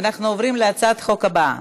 רבותי, אנחנו עוברים להצעת החוק הבאה,